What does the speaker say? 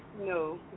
No